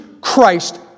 Christ